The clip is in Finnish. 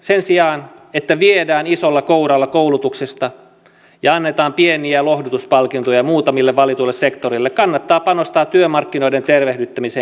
sen sijaan että viedään isolla kouralla koulutuksesta ja annetaan pieniä lohdutuspalkintoja muutamille valituille sektoreille kannattaa panostaa työmarkkinoiden tervehdyttämiseen ja vankkaan koulutukseen